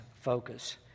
focus